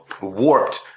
warped